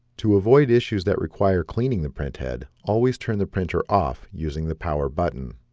to avoid issues that require cleaning the printhead always turn the printer off using the power button